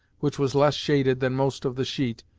which was less shaded than most of the sheet,